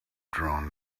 drawn